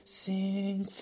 sing